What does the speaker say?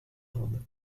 rende